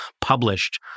published